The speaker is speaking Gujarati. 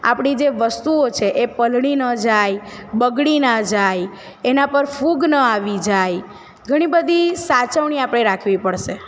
આપણી જે વસ્તુઓ છે એ પલળી ન જાય બગડી ના જાય એના પર ફૂગ ન આવી જાય ઘણી બધી સાચવણી આપણે રાખવી પડશે